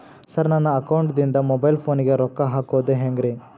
Sir ನನ್ನ ಅಕೌಂಟದಿಂದ mobile ಫೋನಿಗೆ ರೊಕ್ಕ ಹಾಕೋದು ಹೆಂಗ್ರಿ?